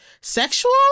sexual